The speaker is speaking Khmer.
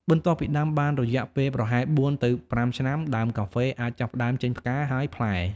បន្ទាប់ពីដាំបានរយៈពេលប្រហែល ៣ ទៅ ៤ ឆ្នាំ ដើមកាហ្វេអាចចាប់ផ្ដើមចេញផ្កា ហើយផ្លែ។